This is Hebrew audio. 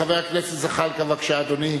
חבר הכנסת זחאלקה, בבקשה, אדוני,